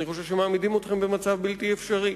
אני חושב שמעמידים אתכם במצב בלתי אפשרי.